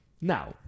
Now